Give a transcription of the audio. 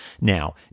Now